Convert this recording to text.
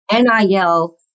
NIL